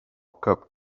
cop